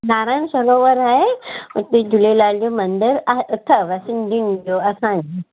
नरायण सरोवर आहे उते झूलेलाल जो मंदरु आहे अथव सिंधियुनि जो असांजो